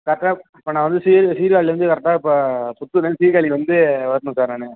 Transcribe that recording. கரெக்டாக இப்போ நான் வந்து சீர் சீர்காழிலேருந்து கரெக்டாக இப்போ சுற்று தான் சீர்காழி வந்து வரணும் சார் நான்